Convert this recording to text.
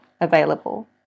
available